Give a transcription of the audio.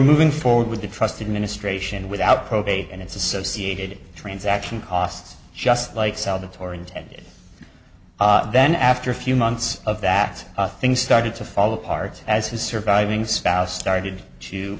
moving forward with the trusted ministration without probate and its associated transaction costs just like salvatore intended then after a few months of that things started to fall apart as his surviving spouse started to